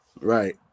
Right